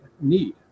need